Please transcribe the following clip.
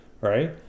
right